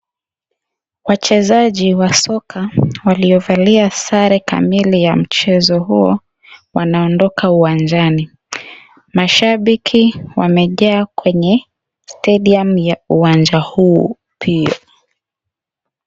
Wachezaji wa soka waliovalia sare kamili ya mchezo huo wanaondoka uwanjani. Mashabiki wamejaa kwenye stadium ya uwanja huu pia.